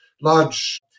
large